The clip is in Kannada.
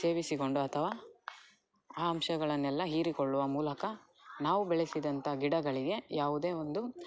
ಸೇವಿಸಿಕೊಂಡು ಅಥವಾ ಆ ಅಂಶಗಳನ್ನೆಲ್ಲ ಹೀರಿಕೊಳ್ಳುವ ಮೂಲಕ ನಾವು ಬೆಳೆಸಿದಂತಹ ಗಿಡಗಳಿಗೆ ಯಾವ್ದೇ ಒಂದು